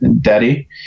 daddy